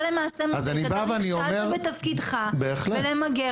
אתה למעשה מצהיר שאתה נכשלת בתפקידך בלמגר